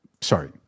Sorry